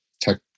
tech